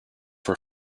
for